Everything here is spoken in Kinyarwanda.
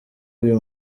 uyu